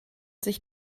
sich